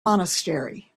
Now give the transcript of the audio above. monastery